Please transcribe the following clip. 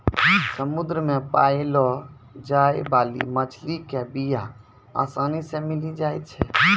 समुद्र मे पाललो जाय बाली मछली के बीया आसानी से मिली जाई छै